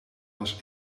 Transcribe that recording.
was